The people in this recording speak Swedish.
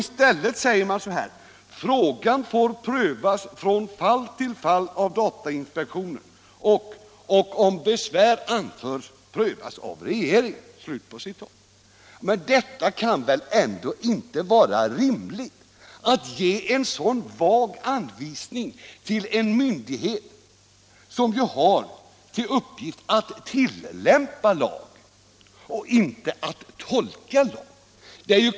I stället skriver utskottet: ”Frågan får prövas från fall till fall av datainspektionen och, om besvär anförs, av regeringen.” Det kan väl ändå inte vara rimligt att ge en så vag anvisning till den myndighet som har till uppgift att rillämpa lagen, inte att tolka lagen.